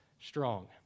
strong